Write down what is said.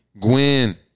Gwen